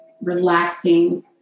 relaxing